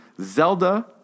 Zelda